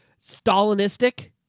Stalinistic